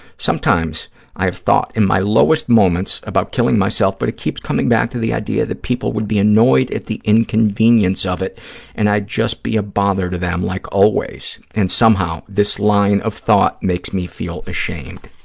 sometimes i have thought in my lowest moments about killing myself, but it keeps coming back to the idea that people would be annoyed at the inconvenience of it and i'd just be a bother to them like always, and somehow this line of thought makes me feel ashamed.